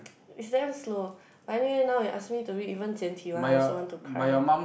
it's damn slow but anyway now you ask me to read even 简体 one I also want to cry